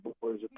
Boys